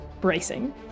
bracing